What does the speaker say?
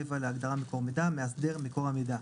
(להגדרה מקור מידע) מאסדר מקור המידע.